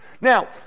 Now